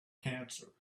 cancer